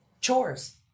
Chores